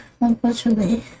unfortunately